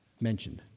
mentioned